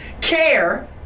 care